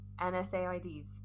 NSAIDs